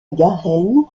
garenne